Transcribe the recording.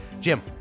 Jim